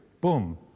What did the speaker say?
boom